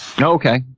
Okay